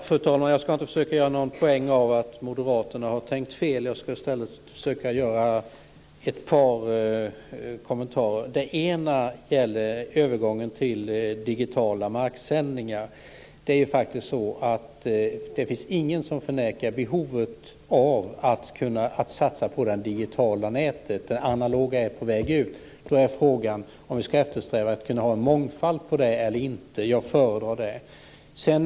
Fru talman! Jag ska inte försöka att göra någon poäng av att Moderaterna har tänkt fel. Jag ska i stället göra ett par kommentarer. Det gäller först övergången till digitala marksändningar. Det finns ingen som förnekar behovet av att satsa på det digitala nätet. Det analoga är på väg ut. Då är frågan om vi ska eftersträva att ha en mångfald på det eller inte. Jag föredrar en mångfald.